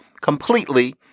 completely